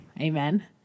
Amen